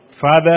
Father